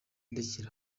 ndekera